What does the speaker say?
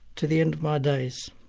to the end of my days.